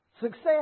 success